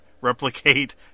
replicate